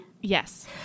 Yes